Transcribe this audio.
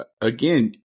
again